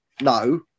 No